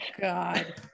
God